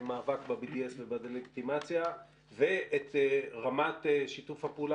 במאבק ב-BDS ובדה-לגיטימציה ואת רמת שיתוף הפעולה,